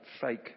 fake